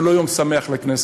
זה לא יום שמח לכנסת.